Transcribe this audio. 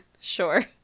Sure